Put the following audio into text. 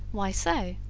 why so?